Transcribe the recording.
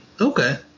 Okay